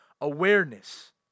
awareness